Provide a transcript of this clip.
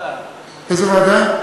איזו ועדה?